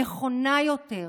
נכונה יותר,